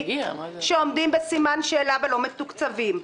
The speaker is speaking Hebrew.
פרויקטים שעומדים בסימן שאלה ולא מתוקצבים,